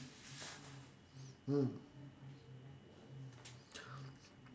mm